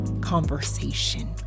conversation